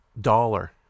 Dollar